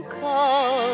call